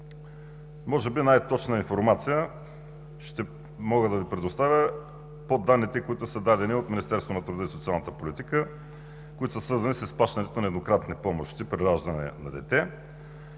Може би най-точна информация ще мога да Ви предоставя от данните, които са дадени от Министерството на труда и социалната политика, които са свързани с плащането на еднократни помощи при раждане на дете.